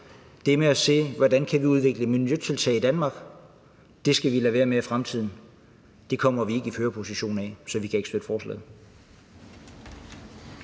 det med at se på, hvordan vi kan udvikle miljøtiltag i Danmark, skal vi lade være med i fremtiden. Det kommer vi ikke i førerposition af, så vi kan ikke støtte forslaget.